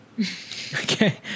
Okay